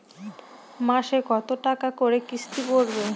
মাসে কত টাকা করে কিস্তি পড়বে?